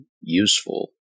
useful